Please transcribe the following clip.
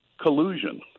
collusion